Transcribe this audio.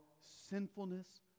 sinfulness